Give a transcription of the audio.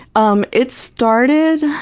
um it started